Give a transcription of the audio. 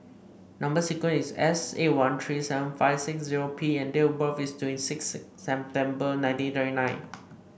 number sequence is S eight one three seven five six zero P and date of birth is twenty six September nineteen thirty nine